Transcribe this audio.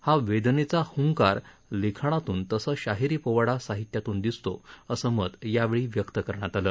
हा वेदनेचा हंकार लिखाणातून तसंच शाहिरी पोवाडा साहित्यातून दिसतो असं मत यावेळी व्यक्त करण्यात आलं